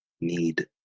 need